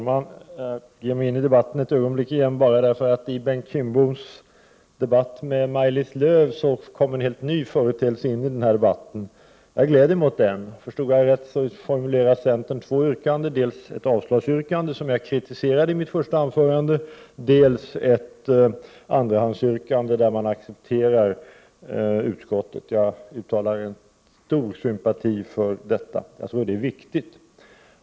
Herr talman! I diskussionen mellan Bengt Kindbom och Maj-Lis Lööw kom en helt ny företeelse in i debatten, och det gläder jag mig åt. Förstod jag rätt, formulerar centern två yrkanden: dels ett avslagsyrkande, som jag kritiserade i mitt första anförande, dels ett andrahandsyrkande där man accepterar utskottets förslag. Jag uttalar stor sympati för detta. Jag tror att det är viktigt.